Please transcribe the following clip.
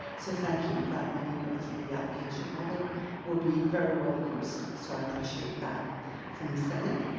so thank you. that money going through the allocation model will be very well used. so i appreciate that from the senate.